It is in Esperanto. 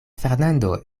fernando